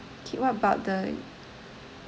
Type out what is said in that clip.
okay what about the